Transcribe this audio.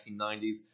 1990s